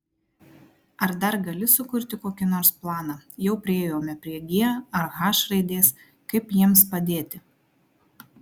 ar dar gali sukurti kokį nors planą jau priėjome prie g ar h raidės kaip jiems padėti